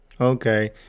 Okay